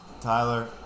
Tyler